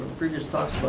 previous thoughts